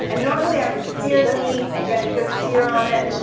and normally i would sear the meat and get a good sear on it.